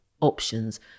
options